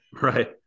Right